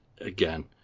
again